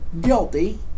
guilty